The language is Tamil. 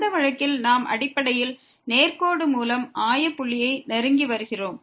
அந்த வழக்கில் நாம் அடிப்படையில் நேர்கோடு மூலம் ஆய புள்ளியை நெருங்கி வருகிறோம்